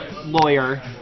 lawyer